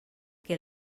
que